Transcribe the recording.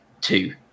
two